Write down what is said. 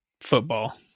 football